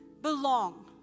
Belong